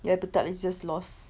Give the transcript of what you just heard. your appetite is just lost